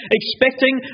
expecting